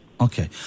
Okay